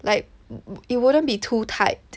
like it wouldn't be too tight